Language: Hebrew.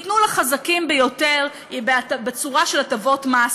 ייתנו לחזקים ביותר בצורה של הטבות מס,